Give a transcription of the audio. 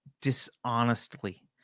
dishonestly